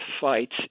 fights